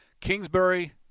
Kingsbury